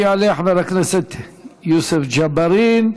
יעלה חבר הכנסת יוסף ג'בארין,